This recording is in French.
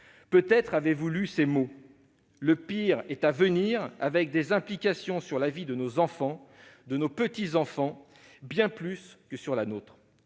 Peut-être avez-vous lu ces mots :« Le pire est à venir, avec des implications sur la vie de nos enfants et de nos petits-enfants bien plus que sur la nôtre.